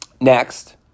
Next